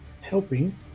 helping